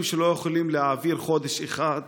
כפי שאני מכבד כל אדם.